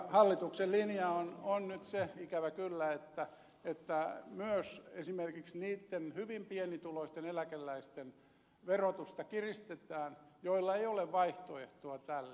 hallituksen linja on nyt ikävä kyllä se että myös esimerkiksi niitten hyvin pienituloisten eläkeläisten verotusta kiristetään joilla ei ole vaihtoehtoa tälle